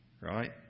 right